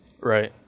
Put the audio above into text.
Right